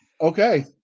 Okay